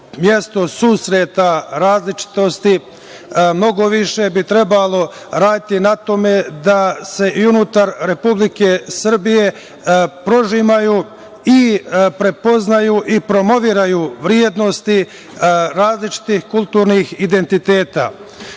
mesto susreta različitosti mnogo više bi trebalo raditi na tome da se i unutar Republike Srbije prožimaju, prepoznaju i promovišu vrednosti različitih kulturnih identiteta. Kada